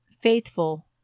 faithful